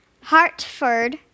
Hartford